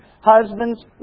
Husbands